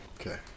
Okay